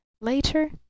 later